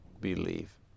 believe